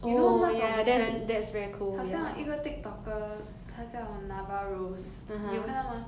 you know 那种 trend 好像一个 tik-toker 她叫 nava rose 你有看到吗